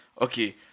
Okay